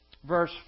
Verse